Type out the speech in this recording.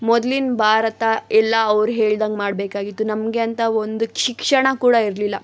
ಮೊದ್ಲಿನ ಭಾರತ ಎಲ್ಲ ಅವ್ರು ಹೇಳ್ದಂಗೆ ಮಾಡಬೇಕಾಗಿತ್ತು ನಮಗೆ ಅಂತ ಒಂದು ಶಿಕ್ಷಣ ಕೂಡ ಇರಲಿಲ್ಲ